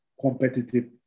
competitive